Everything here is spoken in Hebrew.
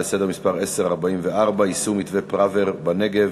יישום מתווה פראוור-בגין בנגב,